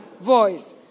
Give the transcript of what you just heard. voice